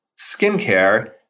skincare